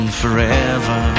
forever